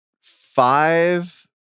five